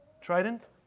trident